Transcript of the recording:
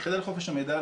היחידה על חופש המידע,